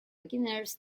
beginners